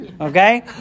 Okay